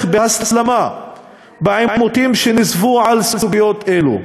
בהסלמה בעימותים שנוספו על סוגיות אלו.